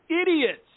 idiots